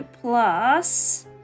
plus